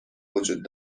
وجود